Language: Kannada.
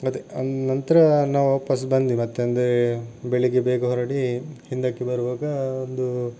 ಮತ್ತೆ ನಂತರ ನಾವು ವಾಪಸ್ ಬಂದ್ವಿ ಮತ್ತೆ ಅಂದರೆ ಬೆಳಿಗ್ಗೆ ಬೇಗ ಹೊರಡಿ ಹಿಂದಕ್ಕೆ ಬರುವಾಗ ಒಂದು